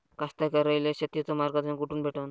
कास्तकाराइले शेतीचं मार्गदर्शन कुठून भेटन?